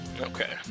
Okay